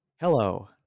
Hello